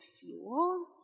fuel